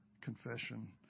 confession